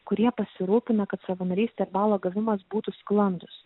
kurie pasirūpina kad savanorystės balo gavimas būtų sklandus